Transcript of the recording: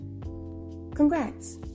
Congrats